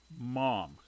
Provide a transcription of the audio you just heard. Mom